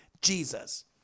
Jesus